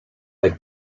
like